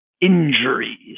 injuries